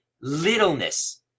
littleness